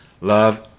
love